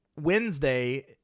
Wednesday